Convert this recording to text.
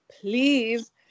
please